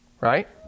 right